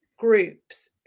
Groups